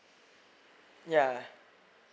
ya